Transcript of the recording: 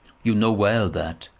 you know well that.